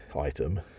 item